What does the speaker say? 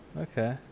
Okay